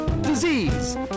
disease